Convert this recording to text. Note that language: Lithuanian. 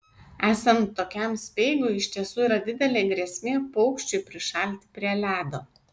esant tokiam speigui iš tiesų yra didelė grėsmė paukščiui prišalti prie ledo